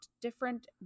different